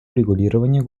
урегулированию